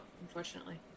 Unfortunately